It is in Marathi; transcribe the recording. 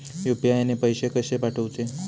यू.पी.आय ने पैशे कशे पाठवूचे?